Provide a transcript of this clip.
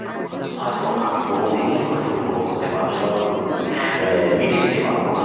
হয়তো আমি কোনো দিনই হয়তো পূর্ণ করতে পারবো সম মানে মিটিয়ে দিতে পারবো না